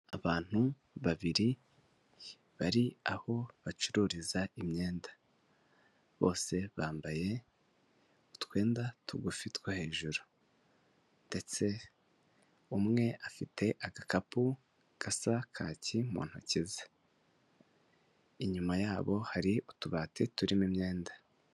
Abantu babiri bari aho bacururiza imyenda. Bose bambaye utwenda tugufi two hejuru. Ndetse umwe afite agakapu gasa kaki mu ntoki ze. Inyuma yabo hari utubati turimo imyenda.